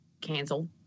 canceled